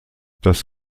das